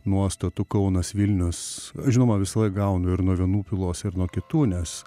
nuostatų kaunas vilnius žinoma visąlaik gaunu ir nuo vienų pylos ir nuo kitų nes